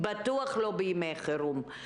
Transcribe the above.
ובטח לא בימי חירום.